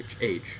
age